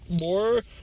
more